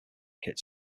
kits